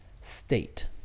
state